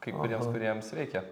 kai kuriems kuriems reikia